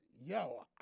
yo